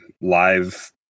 live